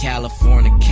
California